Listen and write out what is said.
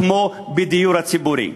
כמו בדיור הציבורי.